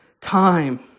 time